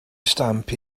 stamp